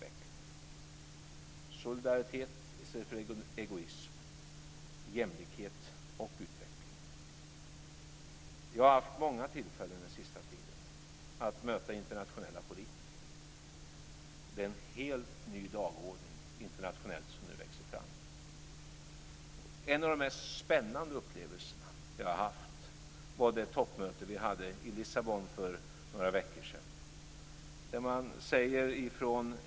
Det ska vara solidaritet, i stället för egoism, och jämlikhet och utveckling. Jag har haft många tillfällen under den senaste tiden att möta internationella politiker. Det växer nu fram en helt ny dagordning internationellt. En av de mest spännande upplevelser som jag har haft var det toppmöte som vi hade i Lissabon för några veckor sedan.